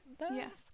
yes